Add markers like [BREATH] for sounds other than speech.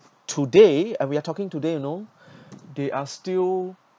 today and we are talking today you know [BREATH] they are still